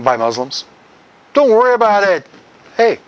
by muslims don't worry about it hey